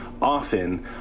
Often